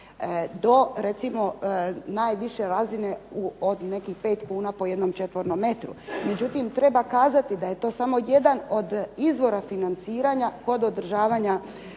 do recimo najviše razine u od nekih 5 kuna po jednom četvornom metru. Međutim treba kazati da je to samo jedan od izvora financiranja kod održavanja